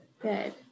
good